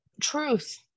truth